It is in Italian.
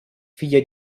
figlia